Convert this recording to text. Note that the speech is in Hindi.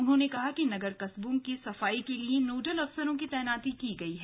उन्होंने कहा कि नगर कस्बों की सफाई के लिए नोडल अफसरों की तैनाती की गई है